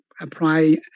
apply